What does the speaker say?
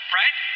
right